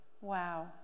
Wow